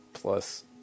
Plus